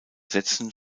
sätzen